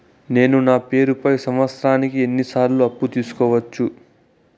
నేను నా పేరుపై సంవత్సరానికి ఎన్ని సార్లు అప్పు తీసుకోవచ్చు?